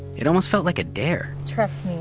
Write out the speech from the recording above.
it almost felt like a dare trust